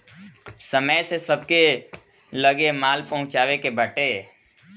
समय से सबके लगे माल पहुँचावे के बाटे